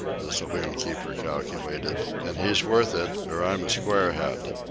the saloon-keeper calculated and he's worth it, or i'm a squarehead.